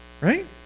Right